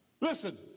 Listen